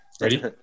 ready